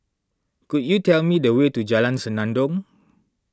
could you tell me the way to Jalan Senandong